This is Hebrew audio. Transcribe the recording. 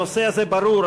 הנושא הזה ברור.